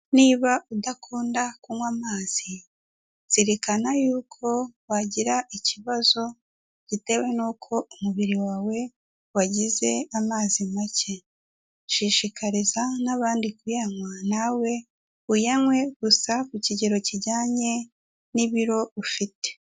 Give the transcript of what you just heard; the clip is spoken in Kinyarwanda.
Niba udakunda kunywa amazi, zirikana yuko wagira ikibazo gitewe nuko umubiri wawe wagize amazi make. Shishikariza n'abandi kuyanywa, nawe uyanywe gusa ku kigero kijyanye n'ibiro ufite.